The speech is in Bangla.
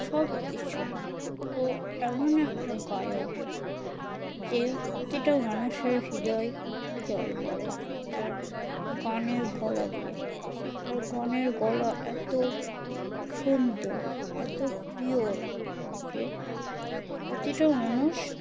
সব কিছু ও এমন একটা গায়ক যে প্রতিটা মানুষের হৃদয় জয় করে তার গানের গলা দিয়ে তার গানের গলা এত সুন্দর এত পিওর যে প্রতিটা মানুষ